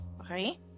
okay